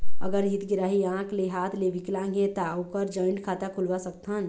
अगर हितग्राही आंख ले हाथ ले विकलांग हे ता ओकर जॉइंट खाता खुलवा सकथन?